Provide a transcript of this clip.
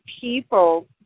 people